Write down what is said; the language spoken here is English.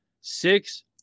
six